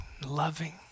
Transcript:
loving